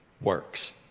works